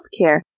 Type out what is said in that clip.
healthcare